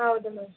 ಹೌದು ಮ್ಯಾಮ್